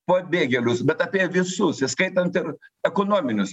pabėgėlius bet apie visus įskaitant ir ekonominius